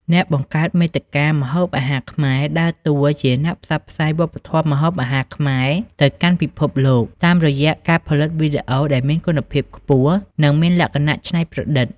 អ្នកបង្កើតមាតិកាម្ហូបអាហារខ្មែរដើរតួជាអ្នកផ្សព្វផ្សាយវប្បធម៌ម្ហូបអាហារខ្មែរទៅកាន់ពិភពលោក តាមរយៈការផលិតវីដេអូដែលមានគុណភាពខ្ពស់ និងមានលក្ខណៈច្នៃប្រឌិត។